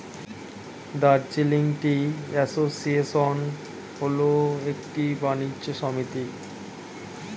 Darjeeling tea association হল একটি বাণিজ্য সমিতি